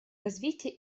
развития